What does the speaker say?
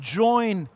join